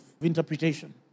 interpretation